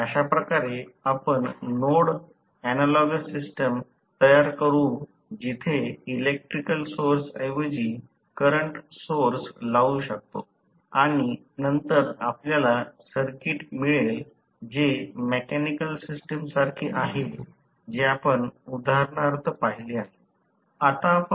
अशाप्रकारे आपण node analogous system तयार करू जिथे इलेक्ट्रिकल सोर्स ऐवजी करंट सोर्स लावू शकतो आणि नंतर आपल्याला सर्किट मिळेल जे मेकॅनिकल सिस्टम सारखे आहे जे आपण उदाहरणात पाहिले आहे